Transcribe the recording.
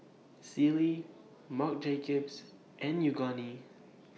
Sealy Marc Jacobs and Yoogane